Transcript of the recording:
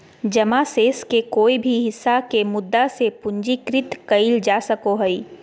जमा शेष के कोय भी हिस्सा के मुद्दा से पूंजीकृत कइल जा सको हइ